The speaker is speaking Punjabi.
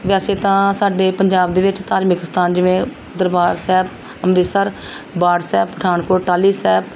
ਵੈਸੇ ਤਾਂ ਸਾਡੇ ਪੰਜਾਬ ਦੇ ਵਿੱਚ ਧਾਰਮਿਕ ਅਸਥਾਨ ਜਿਵੇਂ ਦਰਬਾਰ ਸਾਹਿਬ ਅੰਮ੍ਰਿਤਸਰ ਬਾਠ ਸਾਹਿਬ ਪਠਾਨਕੋਟ ਟਾਲੀ ਸਾਹਿਬ